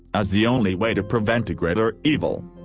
as the only way to prevent a greater evil.